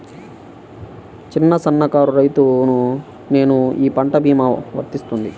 చిన్న సన్న కారు రైతును నేను ఈ పంట భీమా వర్తిస్తుంది?